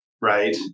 right